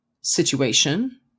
situation